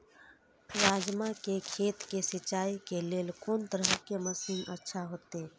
राजमा के खेत के सिंचाई के लेल कोन तरह के मशीन अच्छा होते?